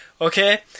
okay